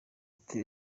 ati